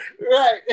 Right